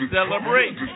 Celebrate